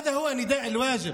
זו קריאת חובה.